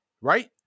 right